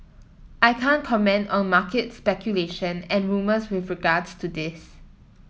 I can't comment on market speculation and rumours with regards to this